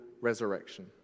resurrection